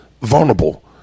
vulnerable